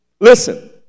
Listen